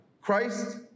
Christ